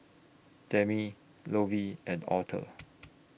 Demi Lovey and Arthur